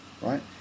right